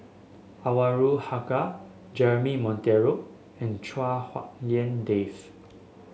Anwarul Haque Jeremy Monteiro and Chua Hak Lien Dave